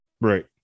Right